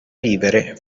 vivere